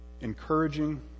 encouraging